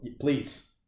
please